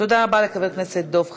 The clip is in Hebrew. תודה רבה לחבר הכנסת דב חנין.